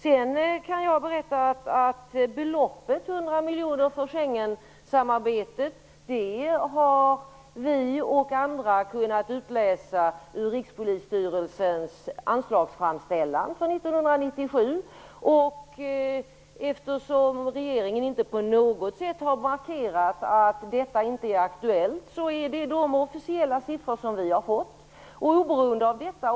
Sedan kan jag berätta att vi och andra har kunnat utläsa beloppet 100 miljoner kronor för Schengensamarbetet ur Rikspolisstyrelsens anslagsframställan för 1997. Även om regeringen inte på något sätt har markerat att detta inte är aktuellt, så är det de officiella siffror som vi har fått.